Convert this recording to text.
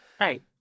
Right